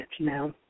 now